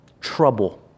trouble